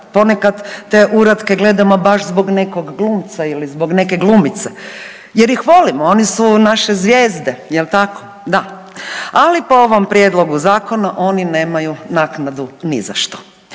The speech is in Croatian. Ponekad te uratke gledamo baš zbog nekog glumca ili zbog neke glumice jer ih volimo, oni su naše zvijezde jel tako? Da. Ali po ovom prijedlogu zakona oni nemaju naknadu ni za što,